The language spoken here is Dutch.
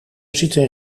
zitten